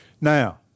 Now